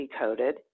Decoded